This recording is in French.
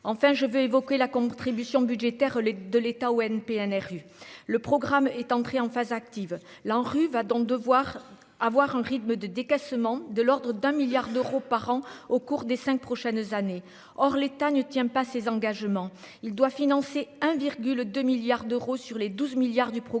enfin je veux évoquer la contribution budgétaire l'de l'État au NPNRU, le programme est entré en phase active la rue va donc devoir avoir un rythme de décaissement de l'ordre d'un milliard d'euros par an au cours des 5 prochaines années, or l'État ne tient pas ses engagements, il doit financer un virgule 2 milliards d'euros sur les 12 milliards du programme